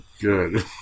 good